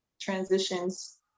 transitions